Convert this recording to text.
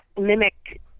mimic